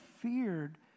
feared